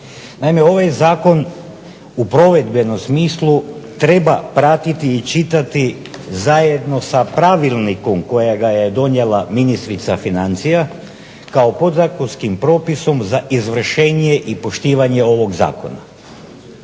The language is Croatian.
Naime, ovaj zakon u provedbenom smislu treba pratiti i čitati zajedno sa Pravilnikom kojega je donijela ministrica financija kao podzakonskim propisom za izvršenje i poštivanje ovog Zakona.